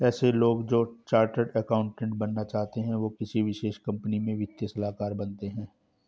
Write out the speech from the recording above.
ऐसे लोग जो चार्टर्ड अकाउन्टन्ट बनना चाहते है वो किसी विशेष कंपनी में वित्तीय सलाहकार बनते हैं